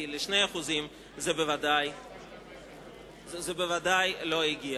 כי ל-2% זה בוודאי לא הגיע.